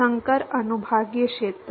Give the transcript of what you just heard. संकर अनुभागीय क्षेत्र